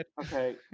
Okay